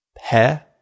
hair